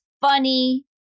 funny